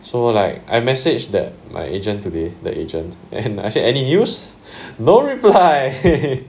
so like I message that my agent today the agent and I said any new no reply